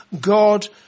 God